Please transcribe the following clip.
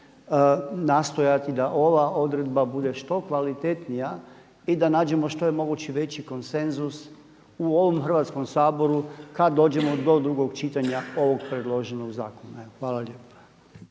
nastojati da ova odredba bude što kvalitetnija i da nađemo što je moguće veći konsenzus u ovom Hrvatskom saboru kad dođemo do drugog čitanja ovog predloženog zakona. Hvala lijepa.